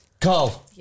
Carl